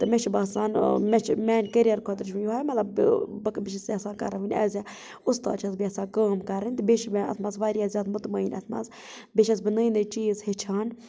تہٕ مےٚ چھُ باسان مےٚ چھُ میانہِ کیریر خٲطرٕ چھُ یہُے مطلب بہٕ چھس یژھان کرٕنۍ وۄنۍ ایز اےٚ اُستاد چھس بہٕ یژھان کٲم کرٕنۍ تہٕ بیٚیہِ چھِ مےٚ اتھ منٛز واریاہ زیادٕ مُطمعین اتھ منٛز بیٚیہِ چھس بہٕ نٔے نٔے چیٖز ہیٚچھان